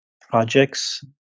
projects